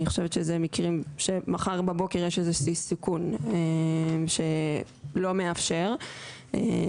אני חושבת שזה מקרים שמחר בבוקר יש איזה שהוא סיכון שלא מאפשר את,